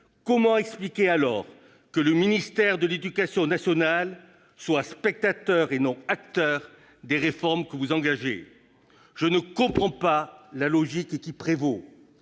comment expliquer alors que le ministère de l'éducation nationale soit spectateur et non acteur des réformes que vous engagez ? Je ne comprends pas la logique qui prévaut.